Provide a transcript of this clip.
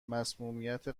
مصمومیت